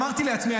אמרתי לעצמי,